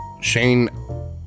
Shane